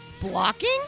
Blocking